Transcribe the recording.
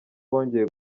bongeye